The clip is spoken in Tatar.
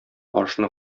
ашны